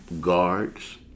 guards